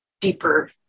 deeper